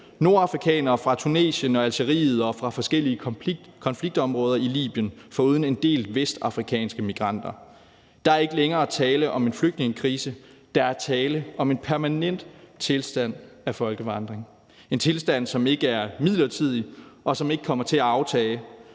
nordafrikanere fra Tunesien og Algeriet og fra forskellige konfliktområder i Libyen foruden en del vestafrikanske migranter. Der er ikke længere tale om en flygtningekrise; der er tale om en permanent tilstand af folkevandring. Det er en tilstand, som ikke er midlertidig, som ikke kommer til at aftage,